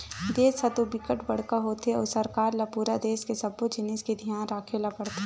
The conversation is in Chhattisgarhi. देस ह तो बिकट बड़का होथे अउ सरकार ल पूरा देस के सब्बो जिनिस के धियान राखे ल परथे